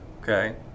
Okay